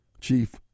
Chief